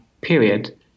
period